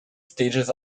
stages